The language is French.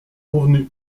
convenu